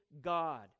God